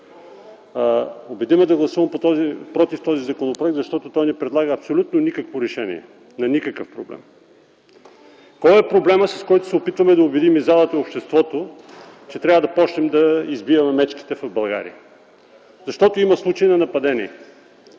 убеди да гласувам против този законопроект, защото той не предлага абсолютно никакво решение на никакъв проблем. Кой е проблемът, с който се опитваме да убедим и залата, и обществото, че трябва да започнем да избиваме мечките в България, защото има случаи на нападение?